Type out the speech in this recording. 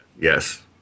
Yes